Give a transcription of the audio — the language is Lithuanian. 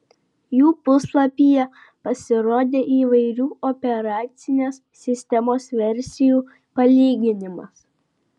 jų puslapyje pasirodė įvairių operacinės sistemos versijų palyginimas